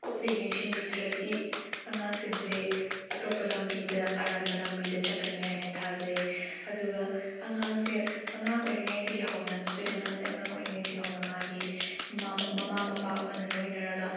ꯀꯨꯞꯅ ꯌꯦꯡꯁꯤꯟꯕꯤꯗ꯭ꯔꯗꯤ ꯑꯉꯥꯡꯁꯤꯡꯁꯦ ꯑꯇꯣꯞꯄ ꯂꯝꯕꯤꯗ ꯑꯔꯥꯟꯕ ꯂꯝꯕꯤꯗ ꯆꯠꯀꯅꯤ ꯍꯥꯏꯅ ꯊꯥꯖꯩ ꯑꯗꯨꯒ ꯑꯉꯥꯡꯁꯦ ꯑꯉꯥꯡ ꯑꯣꯏꯔꯤꯉꯩꯗꯒꯤ ꯍꯧꯅ ꯏꯁꯇꯨꯗꯦꯟ ꯑꯃꯁꯦ ꯑꯉꯥꯡ ꯑꯣꯏꯔꯤꯉꯩꯗꯒꯤ ꯍꯧꯅ ꯃꯥꯒꯤ ꯃꯄꯥ ꯃꯄꯥ ꯑꯃꯅ ꯂꯣꯏꯅꯔꯒ